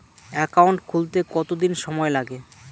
Account খুলতে কতদিন সময় লাগে?